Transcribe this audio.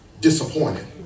disappointed